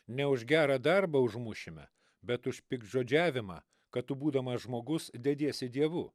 ne už gerą darbą užmušime bet už piktžodžiavimą kad tu būdamas žmogus dediesi dievu